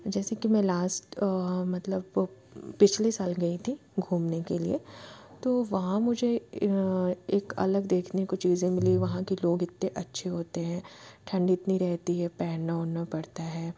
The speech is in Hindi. जैसे कि मैं लास्ट मतलब पिछले साल गई थी घूमने के लिए तो वहाँ मुझे एक अलग देखने को चीज़ें मिली वहाँ कि लोग इतने अच्छे होते हैं ठंड इतनी रहती है पहनना ओढ़ना पड़ता है